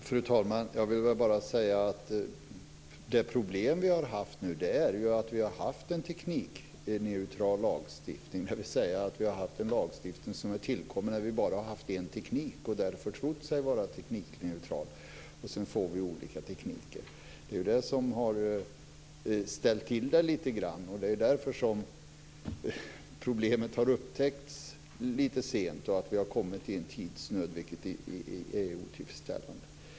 Fru talman! Jag vill bara säga att det problem som vi nu har haft är att vi har haft en teknikneutral lagstiftning, dvs. att vi har haft en lagstiftning som är tillkommen när vi har haft bara en teknik och att vi därför har trott att den har varit teknikneutral. Och sedan får vi olika tekniker. Det är det som har ställt till det lite grann. Och det är därför som problemet har upptäckts lite sent och att vi har kommit i tidsnöd, vilket är otillfredsställande.